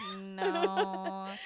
No